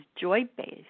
joy-based